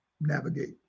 navigate